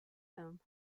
him